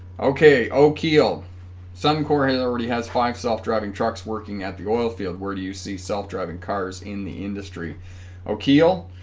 okay oki'll son corey already has five self-driving trucks working at the oil field where do you see self-driving cars in the industry oki'll